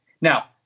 Now